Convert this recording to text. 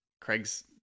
Craig's